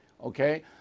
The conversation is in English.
okay